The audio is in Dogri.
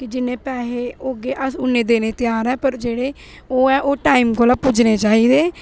की जि'न्ने पैहे होगे अस उ'न्ने देने ई त्यार ऐ पर जेह्ड़े ओह् ऐ ओह् टाइम कोला पुज्जने चाहिदे